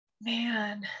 man